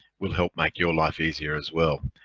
will help make your life easier as well.